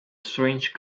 strange